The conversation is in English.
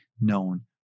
known